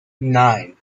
nine